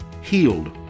healed